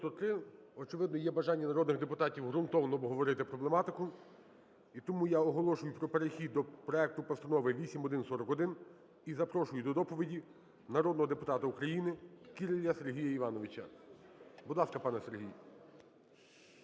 Очевидно, є бажання народних депутатів ґрунтовно обговорити проблематику. І тому я оголошую про перехід до проекту Постанови 8141. І запрошую до доповіді народного депутата України Кіраля Сергія Івановича. Будь ласка, пане Сергію.